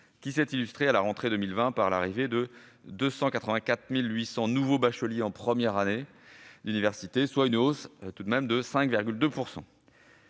qui s'est illustrée à la rentrée 2020 par l'arrivée de 284 800 nouveaux bacheliers en première année d'université, soit une hausse de 5,2 %.